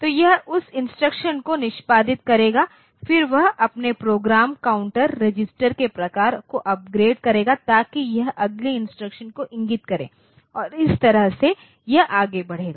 तो यह उस इंस्ट्रक्शन को निष्पादित करेगा फिर वह अपने प्रोग्राम काउंटर रजिस्टरों के प्रकार को अपग्रेड करेगा ताकि यह अगले इंस्ट्रक्शन को इंगित करे और इस तरह से यह आगे बढ़ेगा